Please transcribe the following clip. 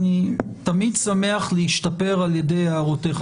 אני תמיד שמח להשתפר על ידי הערותיך,